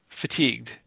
Fatigued